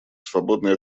свободной